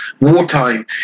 wartime